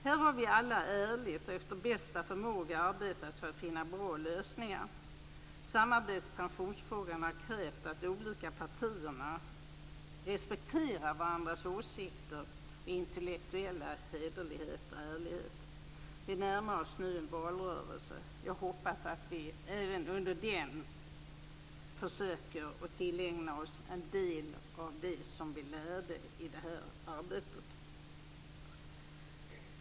Här har vi alla ärligt och efter bästa förmåga arbetat för att finna bra lösningar. Samarbetet i pensionsfrågan har krävt att de olika partierna respekterar varandras åsikter och intellektuella hederlighet och ärlighet. Vi närmar oss nu en valrörelse. Jag hoppas att vi även under den försöker att tillägna oss en del av det vi lärde i det här arbetet.